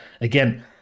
again